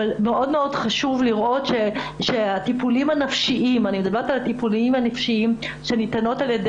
לכן חשוב לראות שהטיפולים הנפשיים שניתנים על יד